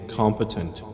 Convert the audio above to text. competent